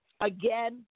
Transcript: again